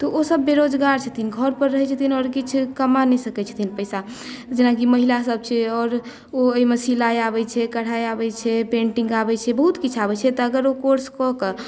तऽ ओ सभ बेरोजगार छथिन घर पर रहै छथिन आओर किछु कमा नहि सकै छथिन पैसा जेनाकि महिला सभ छै आओर ओ एहिमे सिलाई आबै छै कढ़ाई आबै छै पेन्टिंग आबै छै बहुत किछु आबै छै तऽ अगर ओ कोर्स कऽ कऽ